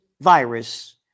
virus